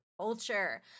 culture